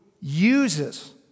uses